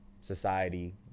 society